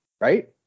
right